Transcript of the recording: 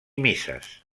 misses